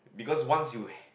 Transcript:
because once you